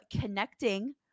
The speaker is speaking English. connecting